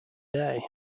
day